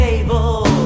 Table